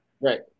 right